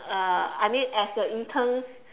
uh I mean as an intern